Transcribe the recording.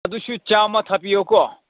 ꯑꯗꯨꯁꯨ ꯆꯥꯝꯃ ꯊꯥꯕꯤꯌꯣ ꯀꯣ